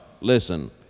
listen